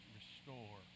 restore